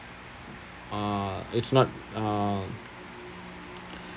uh it's not uh